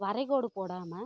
வரைகோடு போடாமல்